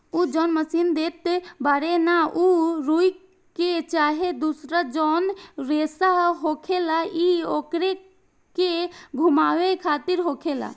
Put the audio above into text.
उ जौन मशीन देखत बाड़े न उ रुई के चाहे दुसर जौन रेसा होखेला न ओकरे के घुमावे खातिर होखेला